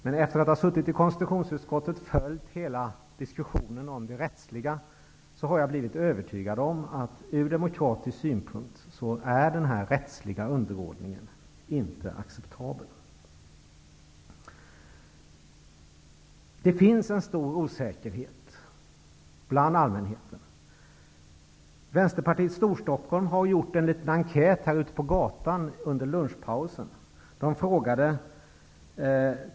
Men efter att ha suttit med i konstitutionsutskottet och efter att ha följt hela diskussionen om det rättsliga är jag nu övertygad om att den här rättsliga underordningen från demokratisk synpunkt inte är acceptabel. Det finns en stor osäkerhet hos allmänheten. Vänsterpartiet i Storstockholm gjorde i dag under lunchpausen en liten enkätundersökning på gatan utanför riksdagshuset.